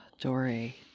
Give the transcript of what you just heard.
Dory